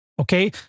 Okay